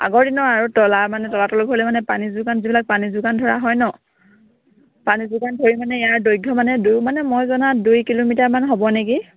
আগৰ দিনৰ আৰু তলা মানে তলাতল ঘৰলৈ মানে পানী যোগান যিবিলাক পানী যোগান ধৰা হয় ন পানী যোগান ধৰি মানে ইয়াৰ দৈৰ্ঘ্য মানে দুই মানে মই জনাত দুই কিলোমিটাৰমান হ'ব নেকি